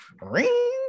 ring